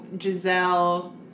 Giselle